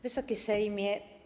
Wysoki Sejmie!